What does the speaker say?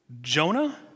Jonah